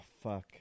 fuck